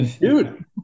Dude